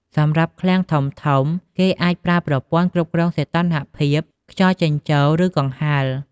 សម្រាប់ឃ្លាំងធំៗ គេអាចប្រើប្រព័ន្ធគ្រប់គ្រងសីតុណ្ហភាព ខ្យល់ចេញចូល ឬកង្ហារ។